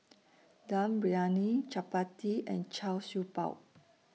Dum Briyani Chappati and Char Siew Bao